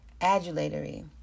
Adulatory